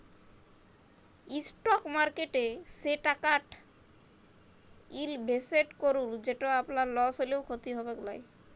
stock মার্কেটে সে টাকাট ইলভেসেট করুল যেট আপলার লস হ্যলেও খ্যতি হবেক লায়